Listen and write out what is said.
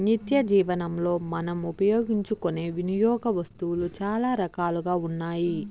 నిత్యజీవనంలో మనం ఉపయోగించుకునే వినియోగ వస్తువులు చాలా రకాలుగా ఉన్నాయి